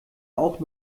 auch